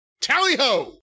Tally-ho